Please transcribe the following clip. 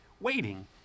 waiting